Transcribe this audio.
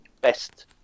best